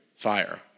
Fire